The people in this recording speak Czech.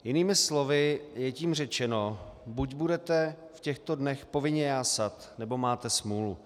Jinými slovy je tím řečeno: buď budete v těchto dnech povinně jásat, nebo máte smůlu.